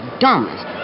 dumbest